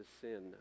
sin